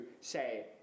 say